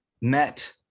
met